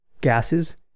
gases